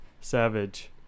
Savage